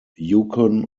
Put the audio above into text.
yukon